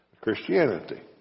Christianity